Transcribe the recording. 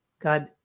God